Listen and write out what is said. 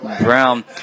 Brown